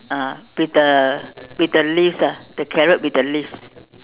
(uh huh) with the with the leaves the carrot with the leaves